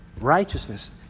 Righteousness